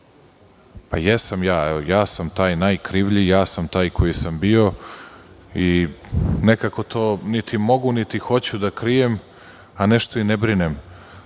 članovi SRS. Ja sam taj najkrivlji, ja sam taj koji sam bio. Nekako to niti mogu, niti hoću da krijem, a nešto i ne brinem.